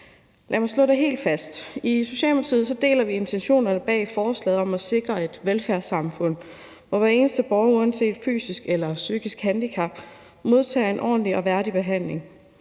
Lad mig slå helt fast, at vi i Socialdemokratiet deler intentionerne i forslaget om at sikre et velfærdssamfund, hvor hver eneste borger uanset fysisk eller psykisk handicap modtager en ordentlig og værdig behandling.